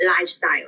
lifestyle